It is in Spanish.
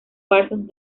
parsons